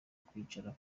kwicara